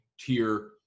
tier